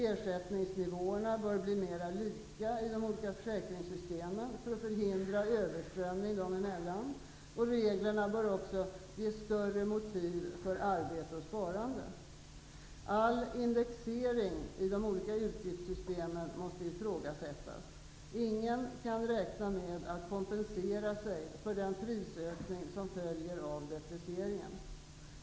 Ersättningsnivåerna bör bli mer lika i de olika försäkringssystemen för att förhindra överströmning dem emellan, och reglerna bör också ge ett större motiv för arbete och sparande. All indexering i de olika utgiftssystemen måste ifrågasättas. Ingen kan räkna med att kompensera sig för den prisökning som följer av deprecieringen.